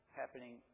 happening